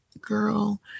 Girl